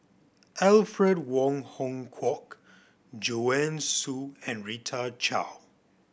Alfred Wong Hong Kwok Joanne Soo and Rita Chao